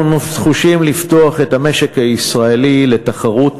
אנחנו נחושים לפתוח את המשק הישראלי לתחרות